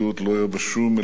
לא היתה בה שום מלאכותיות.